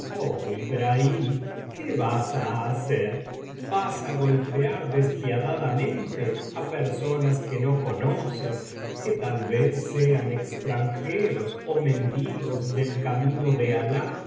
noches y una noche vas á golpear despiadadamente á personas que no conoces que tal vez sean extranjeros ó mendigos del camino de alah